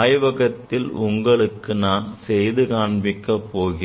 ஆய்வகத்தில் உங்களுக்கு செய்து காண்பிக்கப் போகிறேன்